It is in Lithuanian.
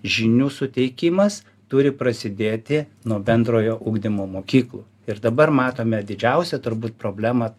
žinių suteikimas turi prasidėti nuo bendrojo ugdymo mokyklų ir dabar matome didžiausią turbūt problemą